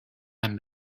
and